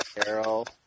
Carol